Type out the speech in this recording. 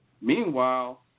Meanwhile